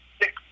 six